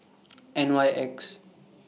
N Y X